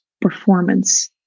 performance